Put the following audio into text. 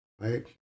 right